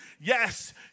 Yes